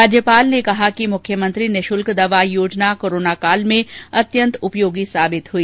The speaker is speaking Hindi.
राज्यपाल ने कहा कि मुख्यमंत्री निःशुल्क दवा योजना कोरोना काल में अत्यंत उपयोगी साबित हुई